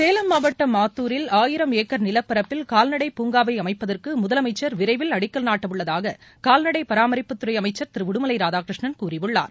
சேலம் மாவட்டம் ஆத்தூரில் ஆயிரம் ஏக்கர் நிலப்பரப்பில் கால்நடை பூங்காவை அமைப்பதற்கு முதலமைச்சர் விரைவில் அடிக்கல் நாட்ட உள்ளதாக கால்நடை பராமரிப்புத்துறை அமைச்சர் திரு உடுமலை ராதாகிருஷ்ணன் கூறியுள்ளார்